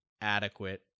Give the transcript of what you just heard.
adequate